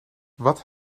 wat